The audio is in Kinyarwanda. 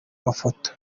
mafoto